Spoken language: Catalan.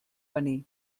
venir